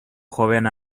joven